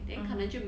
(uh huh)